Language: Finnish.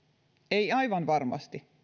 ei aivan varmasti